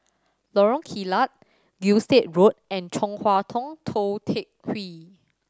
Lorong Kilat Gilstead Road and Chong Hua Tong Tou Teck Hwee